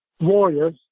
warriors